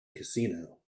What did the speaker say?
casino